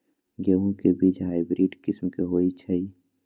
गेंहू के बीज हाइब्रिड किस्म के होई छई?